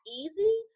easy